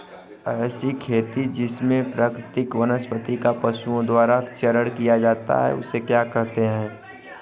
ऐसी खेती जिसमें प्राकृतिक वनस्पति का पशुओं द्वारा चारण किया जाता है उसे क्या कहते हैं?